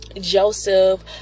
Joseph